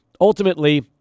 ultimately